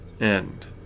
end